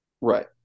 Right